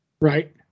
Right